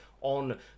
on